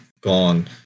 gone